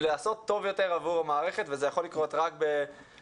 לעשות טוב יותר עבור המערכת וזה יכול לקרות רק בהידברות.